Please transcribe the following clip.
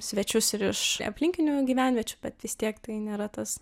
svečius ir iš aplinkinių gyvenviečių bet vis tiek tai nėra tas